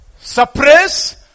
suppress